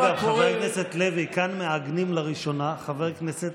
אגב, חבר הכנסת לוי, כאן מעגנים לראשונה חבר כנסת